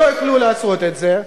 לא יוכלו לעשות את זה.